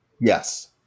Yes